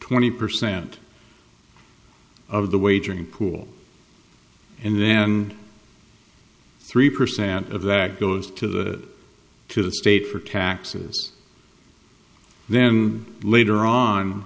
twenty percent of the wagering pool and then three percent of that goes to the to the state for taxes then later on